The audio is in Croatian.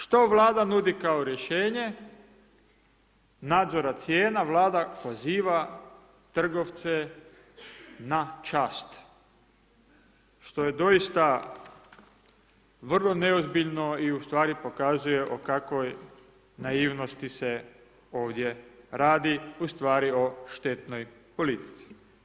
Što Vlada nudi kao rješenje nadzora cijena, Vlada poziva trgovce na čast, što je doista vrlo neozbiljno i u stvari pokazuje o kakvoj naivnosti se ovdje radi, ustvari o štetnoj politici.